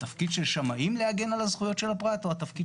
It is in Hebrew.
התפקיד של שמאים להגן על הזכויות של הפרט או התפקיד